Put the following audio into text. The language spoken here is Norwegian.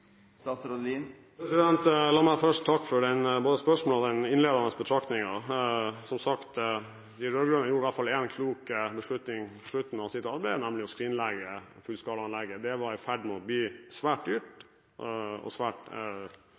La meg først takke for både spørsmålet og den innledende betraktningen. Som sagt gjorde de rød-grønne i hvert fall én klok beslutning på slutten av sitt arbeid, nemlig å skrinlegge fullskalaanlegget. Det var i ferd med å bli svært dyrt og var svært